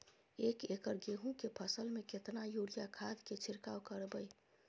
एक एकर गेहूँ के फसल में केतना यूरिया खाद के छिरकाव करबैई?